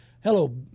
Hello